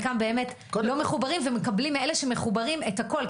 חלקם באמת לא מחוברים ומקבלים מאלה שמחוברים את הכול,